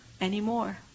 anymore